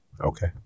okay